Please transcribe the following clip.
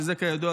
שזה כידוע,